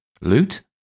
Loot